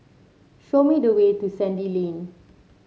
show me the way to Sandy Lane